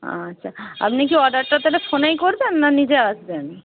আচ্ছা আপনি কি অর্ডারটা তাহলে ফোনেই করবেন না নিজে আসবেন